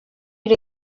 bir